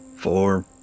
Four